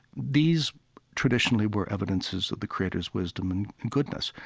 these traditionally were evidences of the creator's wisdom and goodness.